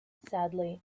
sadly